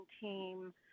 team